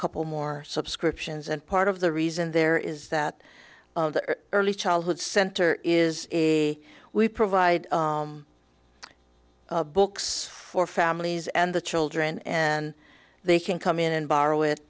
couple more subscriptions and part of the reason there is that early childhood center is a we provide books for families and the children and they can come in and borrow it